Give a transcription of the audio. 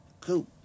Cool